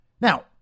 Now